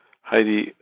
Heidi